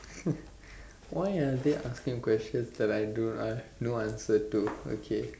why are they asking questions that I don't I have no answer to okay